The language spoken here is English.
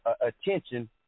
attention